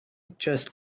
just